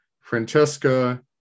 Francesca